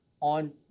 on